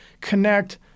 connect